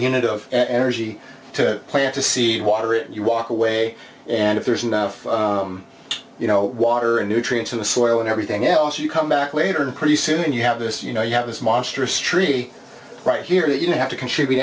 in it of energy to plant the seed water it you walk away and if there's enough you know water and nutrients of the soil and everything else you come back later and pretty soon you have this you know you have this monstrous tree right here that you have to contribute